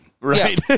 Right